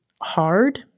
hard